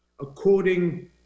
according